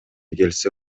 келсе